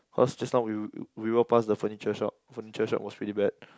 cause just now we we walk pass the furniture shop the furniture shop was really bad